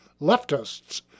leftists